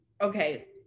okay